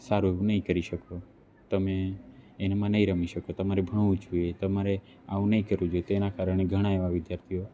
સારું એવું નઈ કરી શકો તમે એને મને રમી શકો તમારે ભણવું જોઈએ તમારે આવું નહીં કરવું જોઈએ તેના કારણે ઘણા એવા વિદ્યાર્થીઓ